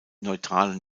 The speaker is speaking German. neutralen